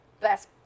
Best